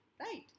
Right